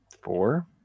Four